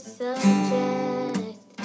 subject